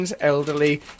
Elderly